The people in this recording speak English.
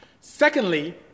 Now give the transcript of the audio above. Secondly